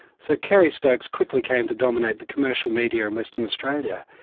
so kerry stokes quickly came to dominate the commercial media in western australia,